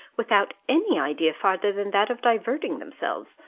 without any idea farther than that of diverting themselves,